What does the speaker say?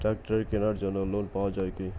ট্রাক্টরের কেনার জন্য লোন পাওয়া যায় কি?